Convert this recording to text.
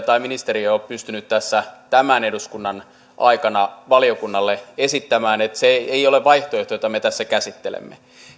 tai ministeriö ole pystynyt tässä tämän eduskunnan aikana valiokunnalle esittämään niin että se ei ole vaihtoehto jota me tässä käsittelemme